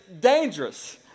dangerous